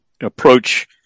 approach